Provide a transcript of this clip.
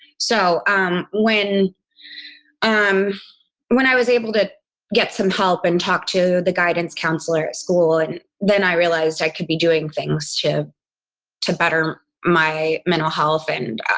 so um when um when i was able to get some help and talk to the guidance counselor at school and then i realized i could be doing things to to better my mental health. and,